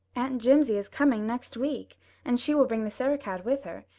aunt jimsie is coming next week and she will bring the sarah-cat with her.